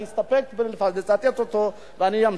אסתפק בלצטט אותו ואמשיך: